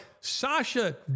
Sasha